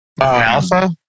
alpha